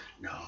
No